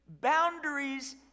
boundaries